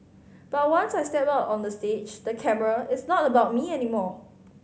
but once I step out on the stage the camera it's not about me anymore